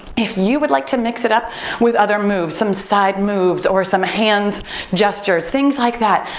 if you would like to mix it up with other moves, some side moves, or some hand gestures, things like that,